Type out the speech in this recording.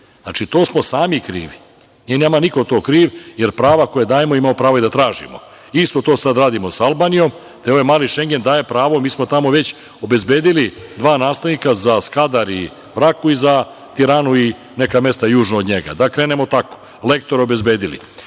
Srbi. Znači, to smo sami krivi, nije nama niko tu kriv, jer prava koja dajemo, imamo pravo i da tražimo. Isto to sada radimo sa Albanijom, te nam ovaj „mali Šengen“, daje pravo, mi smo tamo već obezbedili dva nastavnika za Skadar i Vraku i za Tiranu i neka mesta južno od njega, da krenemo tako, lektora obezbedili.